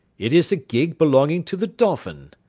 it is a gig belonging to the dolphin,